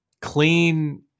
clean